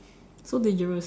so dangerous